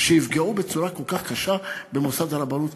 שיפגעו בצורה כל כך קשה במוסד הרבנות?